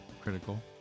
critical